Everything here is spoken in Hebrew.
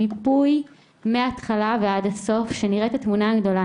מיפוי מהתחלה ועד הסוף, שנראה את התמונה הגדולה.